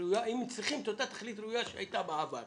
ראויה ואם צריכים את אותה התכלית הראויה שהייתה בעבר.